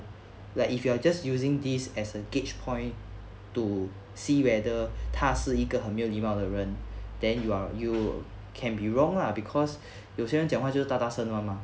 like if you are just using this as a gauge point to see whether 他是一个很没有礼貌的人 then you are you can be wrong lah because 有些人讲话就大大声 [one] mah